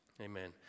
amen